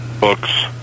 books